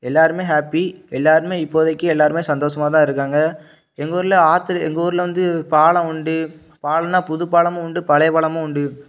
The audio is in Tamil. எல்லோருமே ஹாப்பி இப்போதைக்கு எல்லோருமே சந்தோஷமாக தான் இருக்காங்க எங்கூரில் ஆற்று எங்கூரில் வந்து பாலம் உண்டு பாலம்னா புதுப்பாலமும் உண்டு பழையப்பாலமும் உண்டு